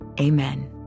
Amen